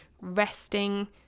Resting